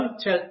tell